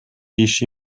иши